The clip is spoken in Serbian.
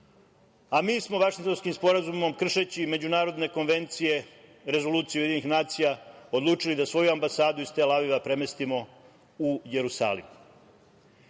a mi smo Vašingtonskim sporazumom kršeći međunarodne konvencije, Rezoluciju UN, odlučili da svoju ambasadu iz Tel Aviva premestimo u Jerusalim. Ajde